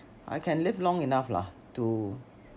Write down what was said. I can live long enough lah to